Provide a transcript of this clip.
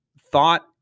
thought